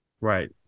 Right